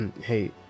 Hey